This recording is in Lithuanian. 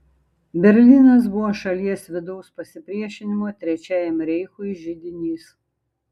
berlynas buvo šalies vidaus pasipriešinimo trečiajam reichui židinys